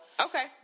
Okay